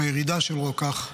בירידה של רוקח,